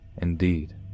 indeed